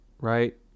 right